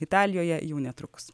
italijoje jau netrukus